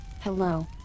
Hello